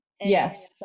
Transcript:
Yes